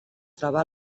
troba